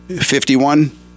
Fifty-one